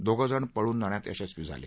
दोघंजण पळून जाण्यात ग्रशस्वी झाले